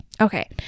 Okay